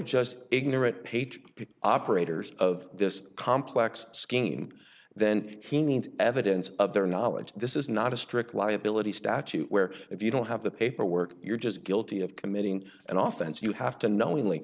just ignorant page operators of this complex scheme then he needs evidence of their knowledge this is not a strict liability statute where if you don't have the paperwork you're just guilty of committing and often you have to knowingly